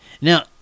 Now